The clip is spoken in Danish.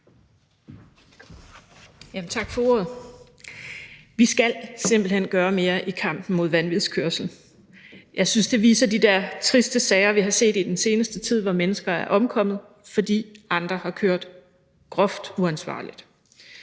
Tak for ordet. Vi skal simpelt hen gøre mere i kampen mod vanvidskørsel. Jeg synes, at de triste sager, vi har set i den seneste tid, hvor mennesker er omkommet, fordi andre har kørt groft uansvarligt,